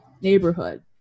neighborhood